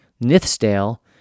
Nithsdale